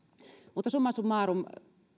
summa summarum